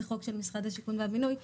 זה חוק של משרד הבינוי והשיכון.